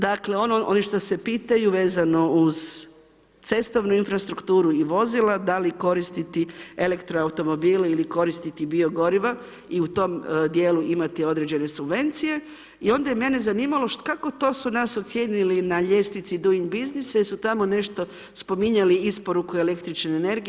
Dakle oni što se pitaju vezano uz cestovnu infrastrukturu i vozila da li koristiti elektroautomobile ili koristiti bio goriva i u tom dijelu imati određene subvencije i onda je mene zanimalo kako to su nas ocijenili na ljestvici doing businessa jer su tamo nešto spominjali isporuku električne energije.